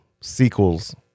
sequels